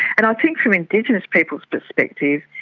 and i think from indigenous people's perspective,